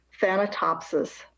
Thanatopsis